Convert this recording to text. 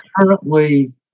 currently